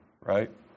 right